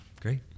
Great